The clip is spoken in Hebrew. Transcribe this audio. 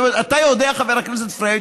אתה יודע, חבר הכנסת פריג',